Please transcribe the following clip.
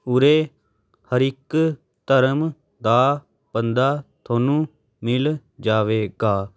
ਉਰੇ ਹਰ ਇੱਕ ਧਰਮ ਦਾ ਬੰਦਾ ਤੁਹਾਨੂੰ ਮਿਲ ਜਾਵੇਗਾ